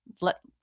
let